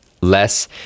less